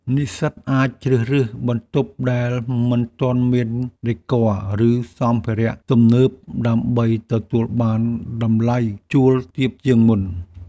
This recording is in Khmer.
និស្សិតអាចជ្រើសរើសបន្ទប់ដែលមិនទាន់មានដេគ័រ ឬសម្ភារៈទំនើបដើម្បីទទួលបានតម្លៃជួលទាបជាងមុន។